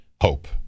hope